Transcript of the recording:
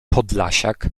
podlasiak